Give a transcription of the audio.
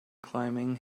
climbing